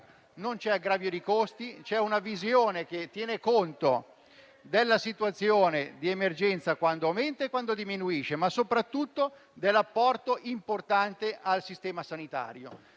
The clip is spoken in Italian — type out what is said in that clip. non c'è aggravio di costi, ma una visione che tiene conto della situazione di emergenza, quando aumenta e quando diminuisce, e, soprattutto, dell'apporto importante al sistema sanitario.